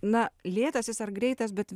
na lėtas jis ar greitas bet